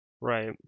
Right